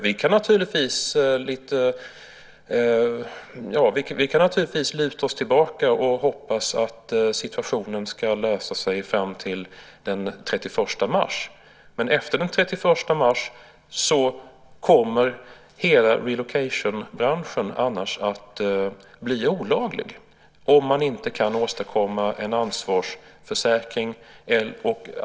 Vi kan naturligtvis luta oss tillbaka och hoppas att situationen ska lösa sig fram till den 31 mars. Men efter den 31 mars kommer hela relocation branschen att bli olaglig, om man inte kan åstadkomma en ansvarsförsäkring.